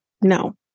No